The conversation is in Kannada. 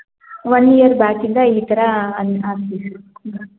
ಒನ್ ಇಯರ್ ಬ್ಯಾಕ್ ಇಂದ ಈ ಥರ ಆಗ್ತಿದೆ ಹ್ಞೂ